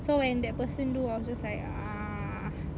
so when that person do I was just like ugh